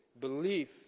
belief